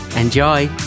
Enjoy